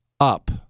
up